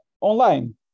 online